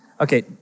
Okay